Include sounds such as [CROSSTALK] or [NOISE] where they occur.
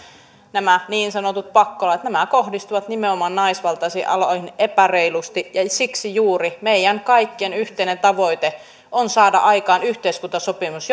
nämä niin sanotut pakkolait kohdistuvat nimenomaan naisvaltaisiin aloihin epäreilusti ja siksi juuri meidän kaikkien yhteinen tavoite on saada aikaan yhteiskuntasopimus [UNINTELLIGIBLE]